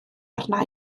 arna